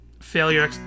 failure